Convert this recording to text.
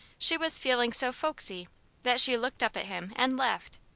she was feeling so folksy that she looked up at him and laughed.